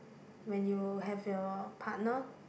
when you have your partner